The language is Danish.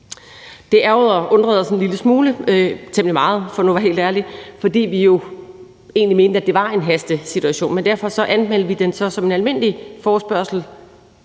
en lille smule, temmelig meget, for nu at være helt ærlig, fordi vi jo egentlig mente, at det var en hastesituation. Men derfor anmeldte vi den så som en almindelig forespørgsel